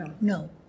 No